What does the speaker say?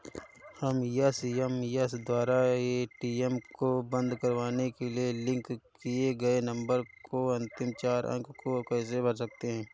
हम एस.एम.एस द्वारा ए.टी.एम को बंद करवाने के लिए लिंक किए गए नंबर के अंतिम चार अंक को कैसे भर सकते हैं?